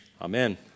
Amen